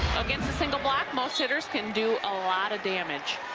against the single block, most hitters can do a lot of damage